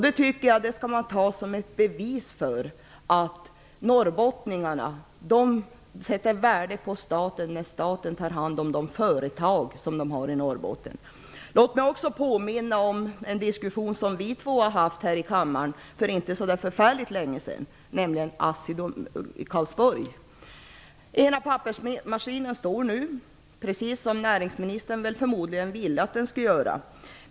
Det tycker jag skall tas som ett bevis för att norrbottningarna sätter värde på staten när staten tar hand om de företag som finns i Låt mig vidare påminna om en diskussion som vi två hade här i kammaren för inte så förfärligt länge sedan om AssiDomän i Karlsborg. Ena pappersmaskinen där står nu, precis som näringsministern förmodligen vill att den skall göra.